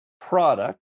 product